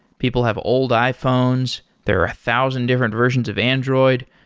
people have old iphones. there are a thousand different versions of android.